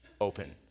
open